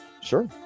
Sure